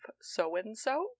so-and-so